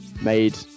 made